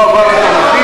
לא העבר התנ"כי,